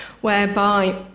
whereby